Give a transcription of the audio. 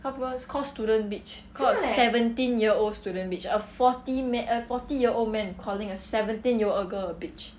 call people call student bitch call a seventeen year old student bitch a forty man a forty year old man calling a seventeen year old girl a bitch